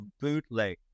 bootleg